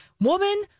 Woman